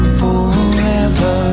forever